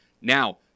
Now